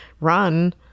run